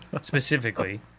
specifically